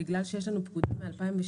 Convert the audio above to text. בגלל שיש לנו פקודה מ-2016,